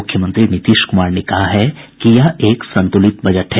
मुख्यमंत्री नीतीश कुमार ने कहा कि यह एक संतुलित बजट है